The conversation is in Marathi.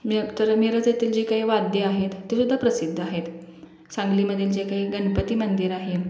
मीतर मिरज येथील जी काही वाद्यं आहेत ते सुद्धा प्रसिद्ध आहेत सांगलीमधील जे काही गणपती मंदिर आहे